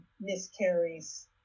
miscarries